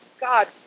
God